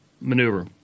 maneuver